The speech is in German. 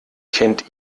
kennt